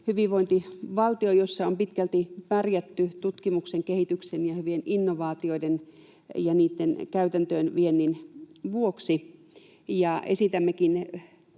hyvinvointivaltio, jossa on pitkälti pärjätty tutkimuksen, kehityksen ja hyvien innovaatioiden ja niitten käytäntöön viennin vuoksi. Esitämmekin